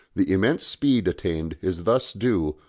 the immense speed attained is thus due,